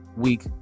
week